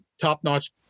top-notch